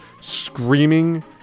screaming